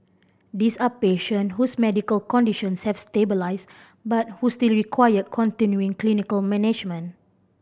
these are patient whose medical conditions have stabilised but who still require continuing clinical management